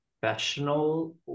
professional